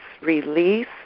release